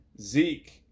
Zeke